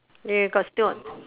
where got still got